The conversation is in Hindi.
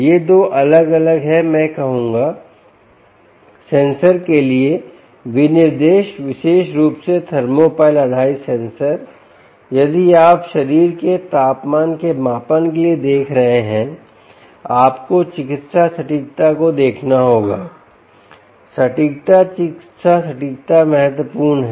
ये 2 अलग अलग हैं मैं कहूंगा सेंसर के लिए विनिर्देश विशेष रूप से थर्मोपाइल आधारित सेंसर यदि आप शरीर के तापमान के मापन के लिए देख रहे हैं आपको चिकित्सा सटीकता को देखना होगा सटीकता चिकित्सा सटीकता महत्वपूर्ण है